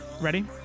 Ready